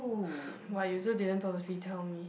but you also didn't purposely tell me